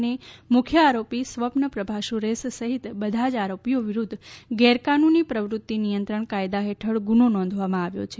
અને મુખ્ય આરોપી સ્વપ્ન પ્રભા સુરેશ સહિત બધા જ આરોપીઓ વિરુદ્ધ ગેરકાનૂની પ્રવૃત્તિ નિયંત્રણ કાયદા હેઠળ ગુનો નોંધવામાં આવ્યો છે